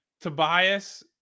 Tobias